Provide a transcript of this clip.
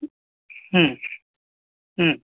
ಹ್ಞೂ ಹ್ಞೂ